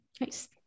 Nice